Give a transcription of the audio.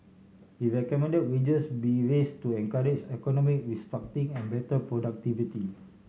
he recommend wages be raise to encourage economic restructuring and better productivity